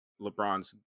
LeBron's